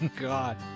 God